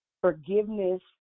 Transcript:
forgiveness